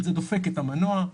זה דופק את המנוע,